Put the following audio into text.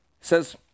says